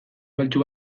faltsu